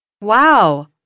Wow